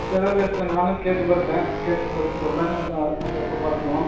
சரி okay sir நானும் கேட்டு பார்க்குறேன் கேட்டு பார்த்துட்டு சொல்லுறேன் அதான் அது அப்புறம் பார்த்துக்கலாம்